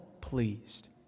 pleased